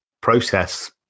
process